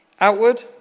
Outward